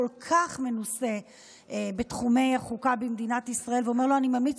כל כך מנוסה בתחומי החוקה במדינת ישראל: אני ממליץ